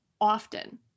often